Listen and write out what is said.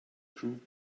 crook